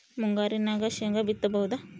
ಮುಂಗಾರಿನಾಗ ಶೇಂಗಾ ಬಿತ್ತಬಹುದಾ?